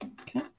Okay